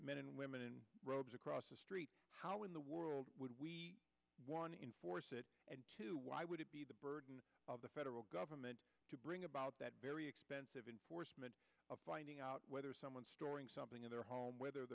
men and women in robes across the street how in the world would we want to enforce it and two why would it be the burden of the federal government to bring about that very expensive enforcement of finding out whether someone's storing something in their home whether